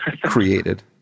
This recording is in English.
created